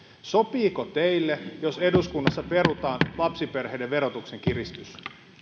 sopiiko teille jos eduskunnassa perutaan lapsiperheiden verotuksen kiristys